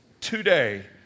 today